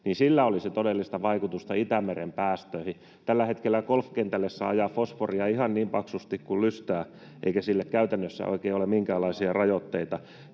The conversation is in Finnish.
niin sillä olisi todellista vaikutusta Itämeren päästöihin. Tällä hetkellä golfkentälle saa ajaa fosforia ihan niin paksusti kuin lystää eikä sille käytännössä oikein ole minkäänlaisia rajoitteita.